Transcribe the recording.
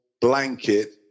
blanket